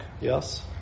yes